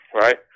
right